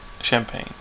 Champagne